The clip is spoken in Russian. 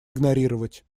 игнорировать